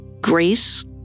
grace